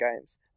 games